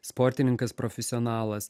sportininkas profesionalas